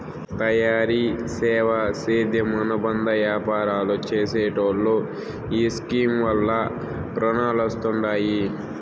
తయారీ, సేవా, సేద్యం అనుబంద యాపారాలు చేసెటోల్లో ఈ స్కీమ్ వల్ల రునాలొస్తండాయి